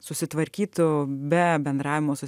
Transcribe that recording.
susitvarkytų be bendravimo su